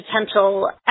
potential